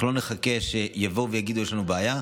אנחנו לא נחכה שיבואו ויגידו: יש לנו בעיה.